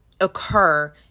occur